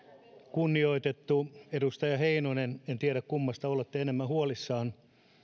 kunnioitettu edustaja heinonen en tiedä kummasta olette enemmän huolissaan